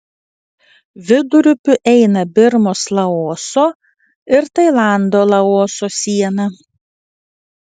vidurupiu eina birmos laoso ir tailando laoso siena